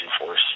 force